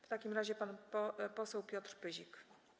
W takim razie pan poseł Piotr Pyzik.